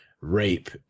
rape